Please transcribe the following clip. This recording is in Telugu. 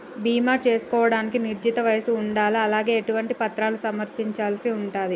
బీమా చేసుకోవడానికి నిర్ణీత వయస్సు ఉండాలా? అలాగే ఎటువంటి పత్రాలను సమర్పించాల్సి ఉంటది?